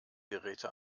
geräte